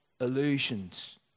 illusions